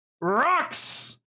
Rocks